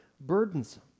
burdensome